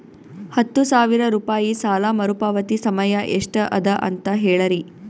ಹತ್ತು ಸಾವಿರ ರೂಪಾಯಿ ಸಾಲ ಮರುಪಾವತಿ ಸಮಯ ಎಷ್ಟ ಅದ ಅಂತ ಹೇಳರಿ?